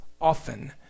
often